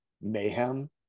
mayhem